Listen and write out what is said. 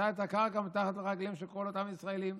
שמטה את הקרקע מתחת לרגליהם של כל אותם ישראלים